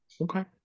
Okay